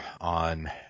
on